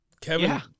Kevin